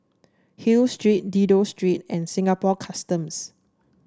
Hill Street Dido Street and Singapore Customs